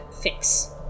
fix